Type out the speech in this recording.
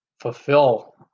fulfill